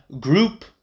group